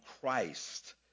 Christ